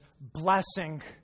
blessing